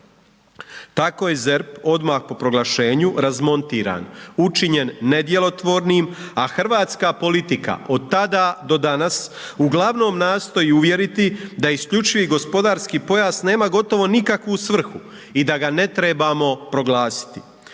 Tako je ZERP odmah po proglašenju razmontiran, učinjen nedjelotvornim, a hrvatska politika od tada do danas uglavnom nastoji uvjeriti da isključivi gospodarski pojas nema gotovo nikakvu svrhu i da ga ne trebamo proglasiti.